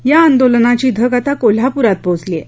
या आंदोलनाची धग आता कोल्हापुरात पोहचलीय